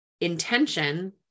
intention